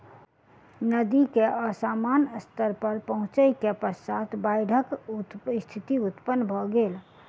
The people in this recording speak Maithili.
नदी के असामान्य स्तर पर पहुँचै के पश्चात बाइढ़क स्थिति उत्पन्न भ गेल